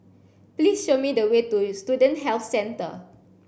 please show me the way to Student Health Centre